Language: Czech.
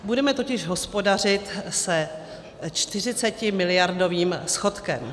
Budeme totiž hospodařit se 40miliardovým schodkem.